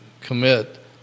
commit